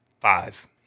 five